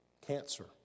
cancer